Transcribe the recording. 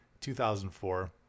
2004